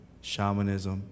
shamanism